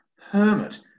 Hermit